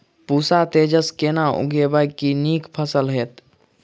पूसा तेजस केना उगैबे की नीक फसल हेतइ?